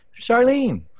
Charlene